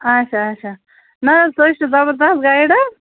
اَچھا اَچھا نہَ حَظ سُہ حَظ چھُ زبردست گایڈ حَظ